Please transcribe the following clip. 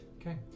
Okay